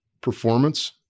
performance